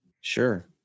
Sure